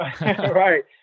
Right